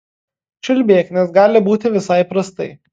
čiulbėk nes gali būti visai prastai